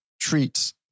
treats